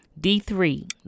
D3